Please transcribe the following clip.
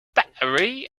battery